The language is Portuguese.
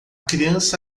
criança